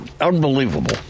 unbelievable